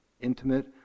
intimate